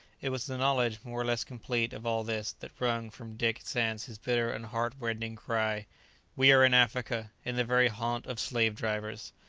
it was the knowledge, more or less complete, of all this, that wrung from dick sands his bitter and heart-rending cry we are in africa! in the very haunt of slave-drivers!